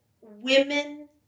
women